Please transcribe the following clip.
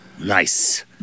Nice